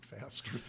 faster